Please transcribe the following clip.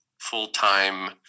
full-time